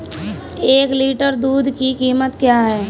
एक लीटर दूध की कीमत क्या है?